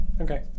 Okay